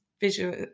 visual